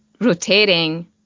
rotating